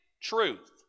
truth